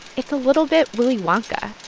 it's a little bit willy wonka.